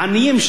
העניים,